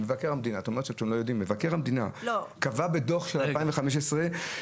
את אומרת שאתם לא יודעים מבקר המדינה קבע בדוח של 2015 שהוא